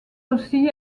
aussi